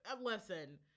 Listen